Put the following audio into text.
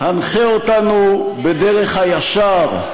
הנחה אותנו בדרך הישר,